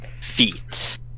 Feet